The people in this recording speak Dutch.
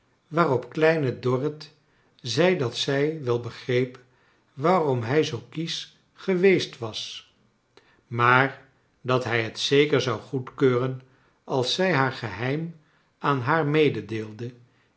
kleine dorrit zei dat zij wel begreep waarom hij zoo kiesch geweest was maar dat hij het zeker zou goedkeuren als zij haar geheim aan haar